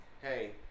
Hey